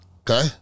okay